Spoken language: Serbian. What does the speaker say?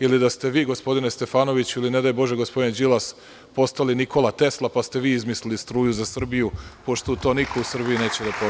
ili da ste vi gospodine Stefanoviću ili nedaj bože gospodin Đilas postao Nikola Tesla pa ste vi izmislili struju za Srbiju, pošto to niko u Srbiji neće da poveruje.